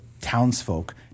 townsfolk